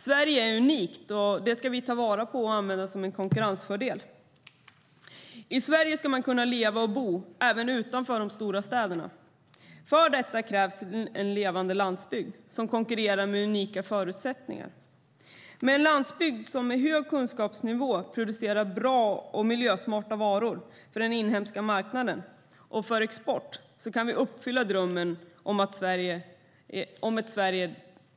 Sverige är unikt, och det ska vi ta vara på och använda som en konkurrensfördel. I Sverige ska man kunna leva och bo även utanför de stora städerna. För detta krävs en levande landsbygd som konkurrerar med unika förutsättningar. Med en landsbygd som med hög kunskapsnivå producerar bra och miljösmarta varor för den inhemska marknaden och för export kan vi uppfylla drömmen om ett Sverige